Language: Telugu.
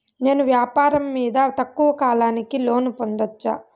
నేను వ్యాపారం మీద తక్కువ కాలానికి లోను పొందొచ్చా?